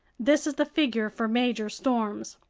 this is the figure for major storms.